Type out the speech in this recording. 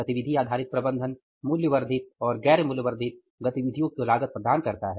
गतिविधि आधारित प्रबंधन मूल्य वर्धित और गैर मूल्य वर्धित गतिविधियों की लागत प्रदान करता है